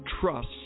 trust